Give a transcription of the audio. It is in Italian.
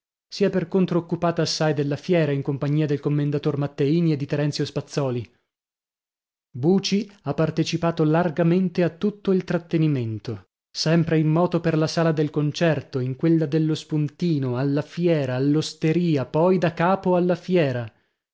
si è per contro occupata assai della fiera in compagnia del commendator matteini e di terenzio spazzòli buci ha partecipato largamente a tutto il trattenimento sempre in moto per la sala del concerto in quella dello spuntino alla fiera all'osteria poi da capo alla fiera